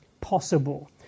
possible